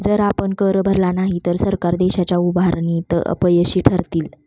जर आपण कर भरला नाही तर सरकार देशाच्या उभारणीत अपयशी ठरतील